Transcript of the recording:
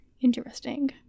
Interesting